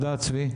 תודה, צבי.